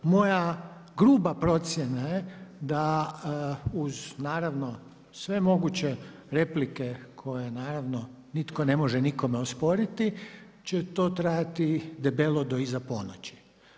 Moja gruba procjena je da uz naravno sve moguće replike koje naravno nitko ne može nikome osporiti će to trajati debelo do iza ponoći.